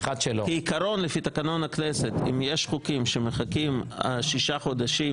כעיקרון לפי תקנון הכנסת אם יש חוקים של אחרים שמחכים שישה חודשים,